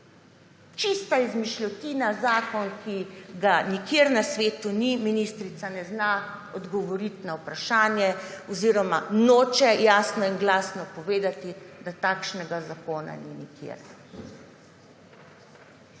Čista izmišljotina zakon, ki ga nikjer na svetu ni. Ministrica ne zna odgovoriti na vprašanje oziroma noče jasno in glasno povedati, da takšnega zakona ni nikjer.